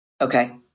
Okay